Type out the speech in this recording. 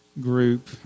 group